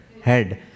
head